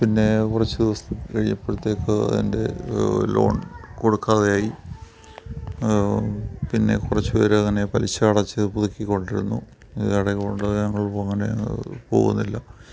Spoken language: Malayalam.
പിന്നെ കുറച്ച് ദിവസം കഴിഞ്ഞപ്പഴ്ത്തേക്ക് എൻ്റെ ലോൺ കൊടുക്കാതെ ആയി പിന്നെ കുറച്ച് പേരതിനെ പലിശ അടച്ച് പുതുക്കിക്കൊണ്ടിരുന്നു അങ്ങനെ പോവുന്നില്ലല്ലോ